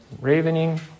ravening